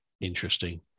Interesting